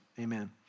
amen